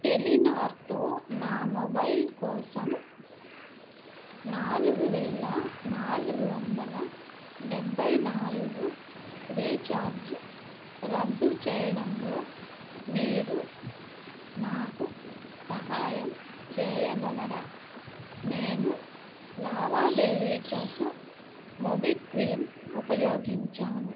టెలినార్తో నా మొబైల్ కోసం నాలుగు వేల నాలుగు వందల డెబ్బై నాలుగు రీఛార్జ్ రద్దు చేయడంలో మీరు నాకు సహాయం చేయగలరా నేను లావాదేవీ కోసం మోబిక్వీన్ ఉపయోగించాను